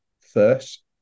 first